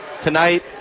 tonight